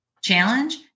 challenge